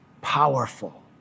powerful